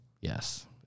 Yes